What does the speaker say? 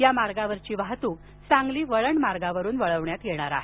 या मार्गावरील वाहतूक सांगली वळणमार्गावरून वळविण्यात आली आहे